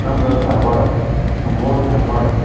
ನಮ್ದು ಧಾರವಾಡ ನಮ್ಮ ಊರು ಧಾರವಾಡ